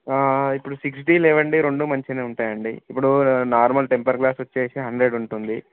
ఇప్పుడు D eleven D రెండు మంచిగా ఉంటాయండి ఇప్పుడు నార్మల్ టెంపర్ గ్లాస్ వచ్చి హండ్రెడ్ ఉంటుంది